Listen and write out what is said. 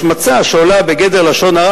השמצה שעולה בגדר לשון הרע,